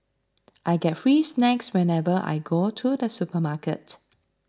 I get free snacks whenever I go to the supermarket